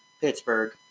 Pittsburgh